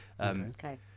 Okay